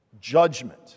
judgment